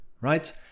right